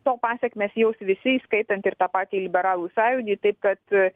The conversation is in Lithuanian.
to pasekmes jaus visi įskaitant ir tą patį liberalų sąjūdį taip kad